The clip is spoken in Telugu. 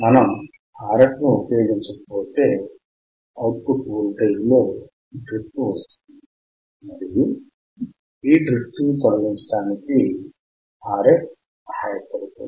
మనం Rf ని ఉపయోగించకపోతే అవుట్ పుట్ వోల్టేజ్లో డ్రిఫ్ట్ వస్తుంది మరియు ఈ డ్రిఫ్ట్ ని తొలగించడానికి Rf సహాయపడుతుంది